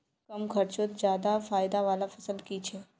कम खर्चोत ज्यादा फायदा वाला फसल की छे?